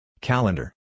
Calendar